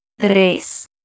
Tres